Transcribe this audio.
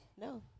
No